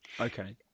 Okay